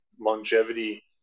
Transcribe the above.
longevity